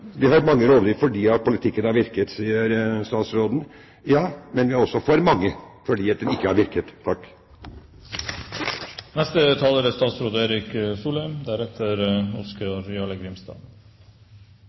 Vi har hatt mange rovdyr fordi politikken har virket, sier statsråden. Ja, men vi har også for mange, fordi den ikke har virket. Jeg var glad for å høre Myraune innledningsvis si at dette er